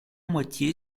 moitié